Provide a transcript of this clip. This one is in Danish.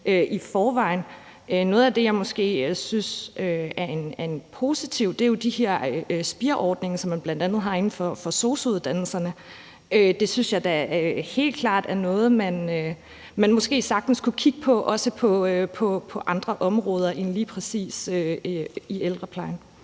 Noget af det, jeg måske synes er positivt, er jo de her spireordninger, som man bl.a. har inden for sosu-uddannelserne. Det synes jeg da helt klart er noget, man sagtens kunne kigge på, også i forhold til andre områder end lige præcis ældreplejen.